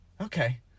Okay